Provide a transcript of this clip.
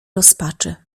rozpaczy